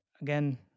again